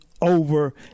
over